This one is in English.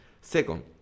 Second